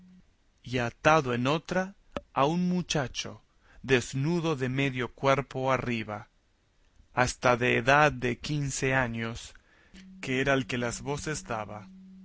y atado en otra a un muchacho desnudo de medio cuerpo arriba hasta de edad de quince años que era el que las voces daba